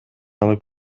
алып